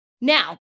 Now